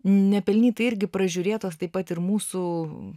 nepelnytai irgi pražiūrėtos taip pat ir mūsų